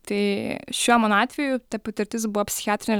tai šiuo mano atveju ta patirtis buvo psichiatrinė